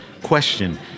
Question